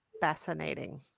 fascinating